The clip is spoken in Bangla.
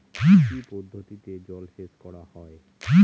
কি কি পদ্ধতিতে জলসেচ করা হয়?